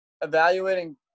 evaluating